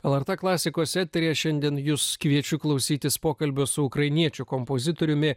lrt klasikos eteryje šiandien jus kviečiu klausytis pokalbio su ukrainiečių kompozitoriumi